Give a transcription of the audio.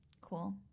Cool